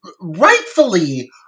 rightfully